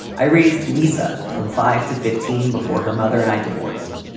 i raised lisa from five to fifteen before her mother and i divorced.